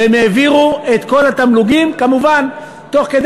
והם העבירו את כל התמלוגים, כמובן תוך כדי